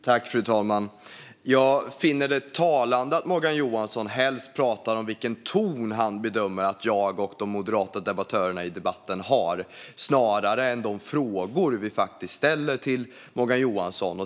Fru talman! Jag finner det talande att Morgan Johansson helst pratar om vilken ton han bedömer att jag och de moderata debattörerna i debatten har snarare än om de frågor som vi faktiskt ställer till Morgan Johansson.